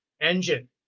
engine